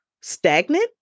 stagnant